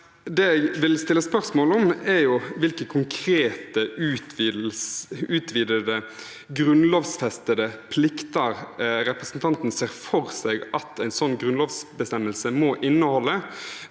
jeg vil stille spørsmål om, er hvilke konkrete utvidede grunnlovfestede plikter representanten ser for seg at en sånn grunnlovsbestemmelse må inneholde?